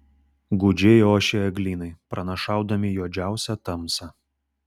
gūdžiai ošė eglynai pranašaudami juodžiausią tamsą